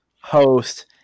host